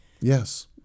yes